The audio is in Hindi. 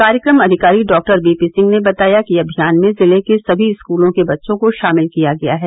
कार्यक्रम अधिकारी डॉक्टर बी पी सिंह ने बताया कि अभियान में जिले के सभी स्कूलों के बच्चों को शामिल किया गया है